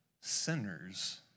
sinners